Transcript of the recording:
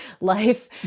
life